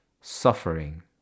suffering